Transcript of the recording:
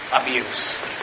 Abuse